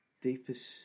Deepest